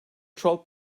troll